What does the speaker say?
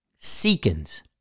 Seekins